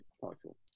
title